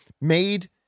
made